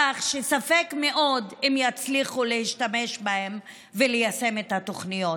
כך שספק גדול אם יצליחו להשתמש בהם וליישם את התוכניות.